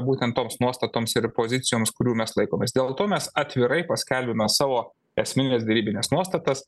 būtent toms nuostatoms ir pozicijoms kurių mes laikomės dėl to mes atvirai paskelbėme savo esmines derybines nuostatas